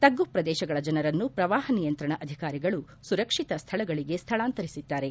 ತಗ್ಗು ಪ್ರದೇಶಗಳ ಜನರನ್ನು ಪ್ರವಾಪ ನಿಯಂತ್ರಣ ಅಧಿಕಾರಿಗಳು ಸುರಕ್ಷಿತ ಸ್ಥಳಗಳಿಗೆ ಸ್ಥಳಾಂತರಿಸಿದ್ದಾರೆ